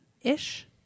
ish